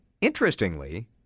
interestingly